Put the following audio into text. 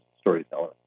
storyteller